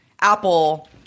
Apple